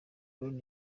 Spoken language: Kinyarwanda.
brown